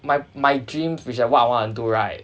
my my dream which I what I want to do right